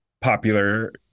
popular